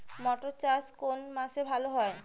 মটর চাষ কোন মাসে ভালো হয়?